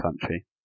country